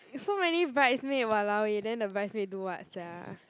so many bridesmaid !walao! eh then the bridesmaid do what sia